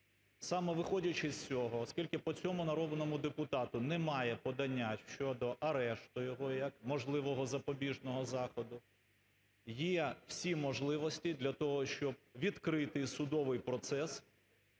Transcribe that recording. Саме виходячи з цього, оскільки по цьому народному депутату немає подання щодо арешту його як можливого запобіжного заходу, є всі можливості для того, щоб відкрити судовий процес,